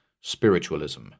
spiritualism